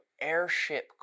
airship